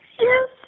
Yes